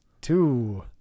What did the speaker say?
two